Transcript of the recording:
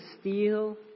steal